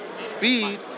speed